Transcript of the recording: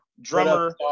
Drummer